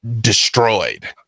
destroyed